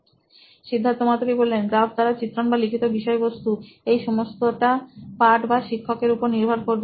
Siddharth Maturi C E O নোইন electronics graph দ্বারা চিত্রন বা লিখিত বিষয়বস্তু এই সমস্তটা পাঠ বা শিক্ষক এর উপর নির্ভ র করবে